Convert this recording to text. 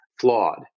flawed